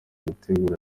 gutegura